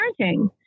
parenting